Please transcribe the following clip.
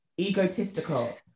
egotistical